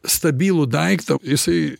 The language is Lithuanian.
stabilų daiktą jisai